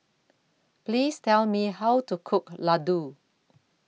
Please Tell Me How to Cook Laddu